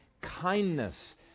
kindness